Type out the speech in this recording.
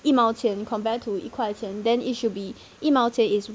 一毛钱 compared to 一块钱 then it should be 一毛钱 is